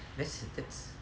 that's that's